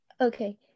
Okay